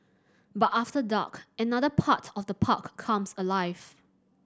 but after dark another part of the park comes alive